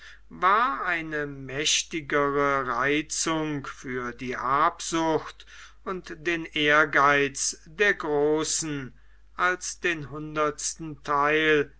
war eine mächtigere reizung für die habsucht und den ehrgeiz der großen als den hundertsten theil